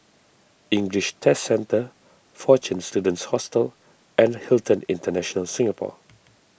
English Test Centre fortune Students Hostel and Hilton International Singapore